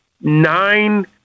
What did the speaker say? nine